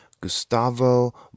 Gustavo